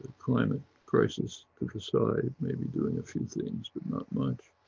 climate crisis aside, maybe doing a few things, but not much,